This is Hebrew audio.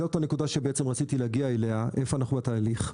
זאת הנקודה שרציתי להגיע אליה, איפה אנחנו בתהליך.